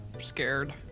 scared